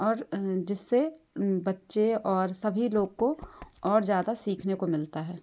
और जिससे बच्चे और सभी लोग को और ज़्यादा सीखने को मिलता है